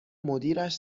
مدیرش